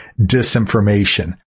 disinformation